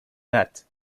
net